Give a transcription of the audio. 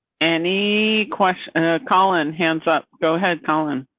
any question colin hands up. go ahead colin.